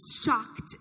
shocked